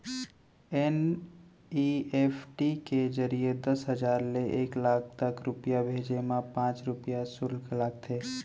NEFT के जरिए दस हजार ले एक लाख तक रूपिया भेजे मा पॉंच रूपिया सुल्क लागथे